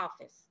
office